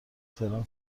تهران